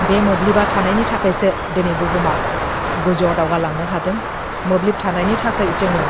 बे मोब्लिबा थानायनि थाखायसो दोनै बुहुमा गोजौवाव दावगालांनो हादों मोब्लिब थानायनि थाखाय जोङो